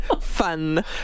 Fun